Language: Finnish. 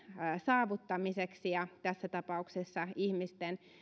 saavuttamiseksi tässä tapauksessa ihmisten